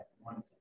one